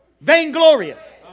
Vainglorious